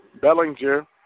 Bellinger